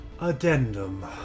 Addendum